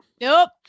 Nope